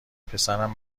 پسرم